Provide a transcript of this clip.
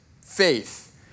faith